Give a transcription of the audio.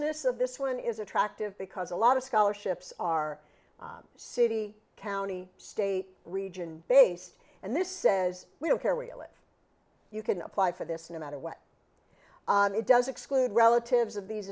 looseness of this one is attractive because a lot of scholarships are city county state region based and this says we don't care where you live you can apply for this no matter what it does exclude relatives of these